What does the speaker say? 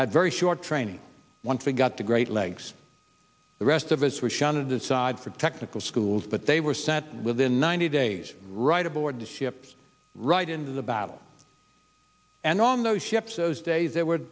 had very short training once they got to great legs the rest of us were shunted aside for technical schools but they were sent within ninety days right aboard the ships right into the battle and on those ships those days there were